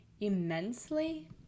immensely